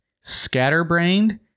Scatterbrained